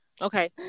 Okay